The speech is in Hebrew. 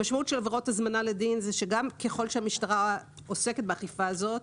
המשמעות של עבירות הזמנה לדין היא שככל שהמשטרה עוסקת באכיפה הזאת,